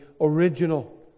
original